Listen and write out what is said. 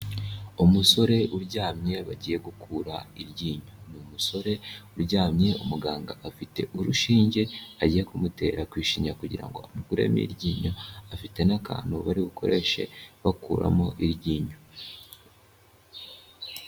Umusore uryamye bagiye gukura iryinyo. Ni umusore uryamye umuganga afite urushinge, agiye kumutera ku ishinya kugira ngo amukuremo iryinyo, afite n'akantu bari bukoreshe bakuramo iryinyo.